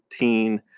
15